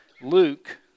Luke